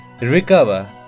recover